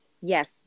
Yes